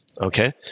Okay